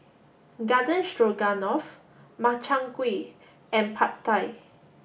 Garden Stroganoff Makchang Gui and Pad Thai